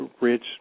rich